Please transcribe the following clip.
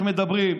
איך מדברים,